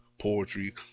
Poetry